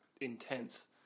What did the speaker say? intense